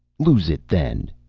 lose it, then!